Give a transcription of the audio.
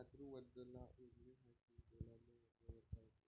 मातृवंदना योजनेसाठी कोनाले अर्ज करता येते?